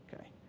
Okay